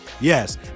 yes